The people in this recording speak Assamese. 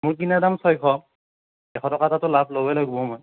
মোৰ কিনা দাম ছয়শ এশ টকা এটাতো লাভ ল'বই লাগিব মই